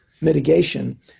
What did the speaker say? mitigation